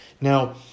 Now